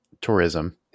tourism